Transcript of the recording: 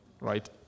Right